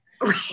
Right